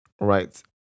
right